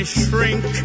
shrink